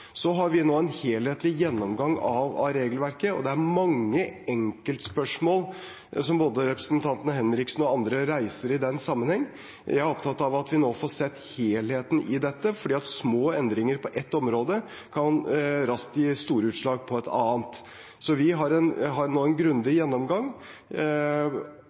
har nå en helhetlig gjennomgang av regelverket. Det er mange enkeltspørsmål som både representanten Martin Henriksen og andre reiser i den sammenheng. Jeg er opptatt av at vi nå får sett helheten i dette, for små endringer på ett område kan raskt gi store utslag på et annet. Så vi har nå en